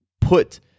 put